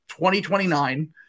2029